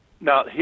Now